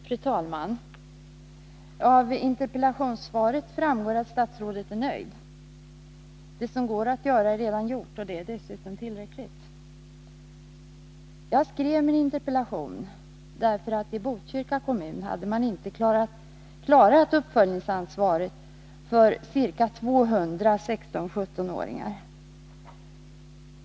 Fru talman! Av interpellationssvaret framgår att statsrådet är nöjd. Det som går att göra är redan gjort, och det är dessutom tillräckligt. Jag skrev min interpellation därför att man i Botkyrka kommun inte hade klarat uppföljningsansvaret för ca 200 16-17-åringar.